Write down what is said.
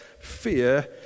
fear